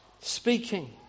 speaking